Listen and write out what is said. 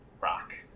rock